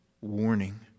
warning